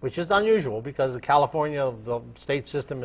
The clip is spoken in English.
which is unusual because the california of the state system